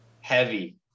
heavy